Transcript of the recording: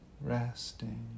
Resting